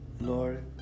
Lord